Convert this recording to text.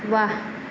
ৱাহ